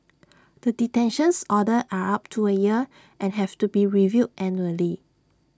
the detentions orders are up to A year and have to be reviewed annually